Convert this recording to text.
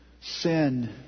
Sin